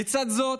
לצד זאת,